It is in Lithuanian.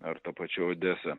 ar ta pačia odesa